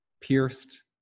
Pierced